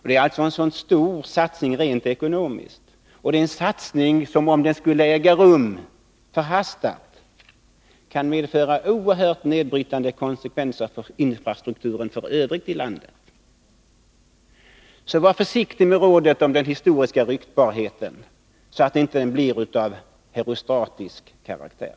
Det är alltså en mycket stor satsning rent ekonomiskt, och det är en satsning som, om den skulle äga rum förhastat, kan få oerhört nedbrytande konsekvenser för infrastrukturen för övrigt i landet. Var försiktig med rådet om den historiska ryktbarheten, så att den inte blir av herostratisk karaktär!